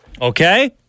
Okay